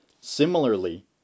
Similarly